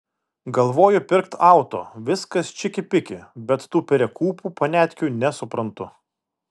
galvoju pirkt auto viskas čiki piki bet tų perekūpų paniatkių nesuprantu